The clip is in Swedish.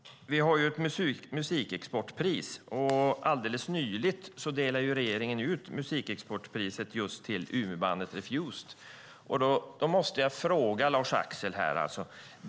Det finns ett musikexportpris. Alldeles nyligen delade regeringen ut Musikexportpriset till umebandet Refused.